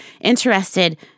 interested